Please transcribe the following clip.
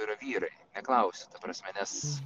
yra vyrai neklausiu ta prasme nes